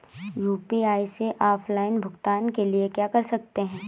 UPI से offline भुगतान के लिए क्या कर सकते हैं?